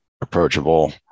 approachable